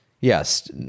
yes